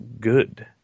good